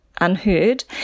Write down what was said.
unheard